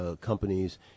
companies